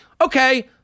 okay